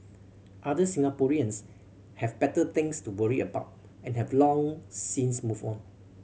other Singaporeans have better things to worry about and have long since moved on